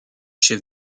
chef